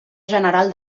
general